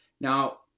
Now